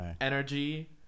energy